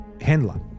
Handler